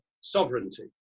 sovereignty